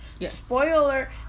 Spoiler